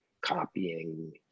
copying